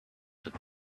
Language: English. have